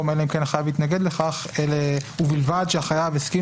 החייב התנגד לכך" יהיה: "ובלבד שהחייב הסכים